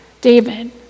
David